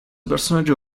personaggio